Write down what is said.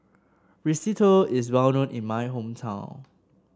risotto is well known in my hometown